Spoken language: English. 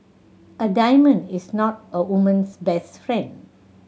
a diamond is not a woman's best friend